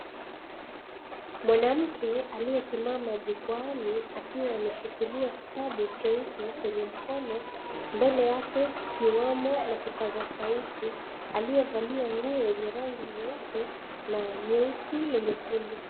Mwanamke aliyesimama jukwaani akiwa ameshikilia kitabu cheusi kwenye mkono. Mbele yake kiwamo na kipaza sauti aliyevalia nguo yenye rangi nyeupe na nyeusi.